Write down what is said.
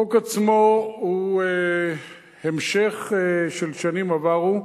החוק עצמו הוא המשך של שנים עברו,